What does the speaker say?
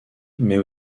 mais